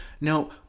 Now